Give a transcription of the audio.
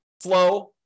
flow